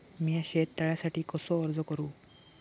मीया शेत तळ्यासाठी कसो अर्ज करू?